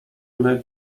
ale